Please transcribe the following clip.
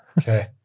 Okay